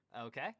Okay